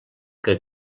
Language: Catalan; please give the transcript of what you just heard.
que